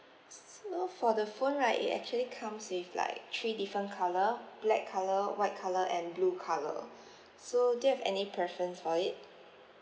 so for the phone right it actually comes with like three different colour black colour white colour and blue colour so do you have any preference for it